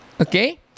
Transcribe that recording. Okay